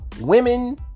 women